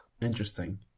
Interesting